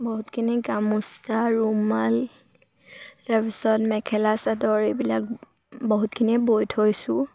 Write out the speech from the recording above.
বহুতখিনি গামোচা ৰুমাল তাৰপিছত মেখেলা চাদৰ এইবিলাক বহুতখিনিয়ে বৈ থৈছোঁ